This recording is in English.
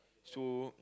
so